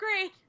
great